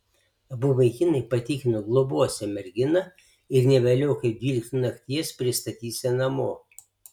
abu vaikinai patikino globosią merginą ir ne vėliau kaip dvyliktą nakties pristatysią namo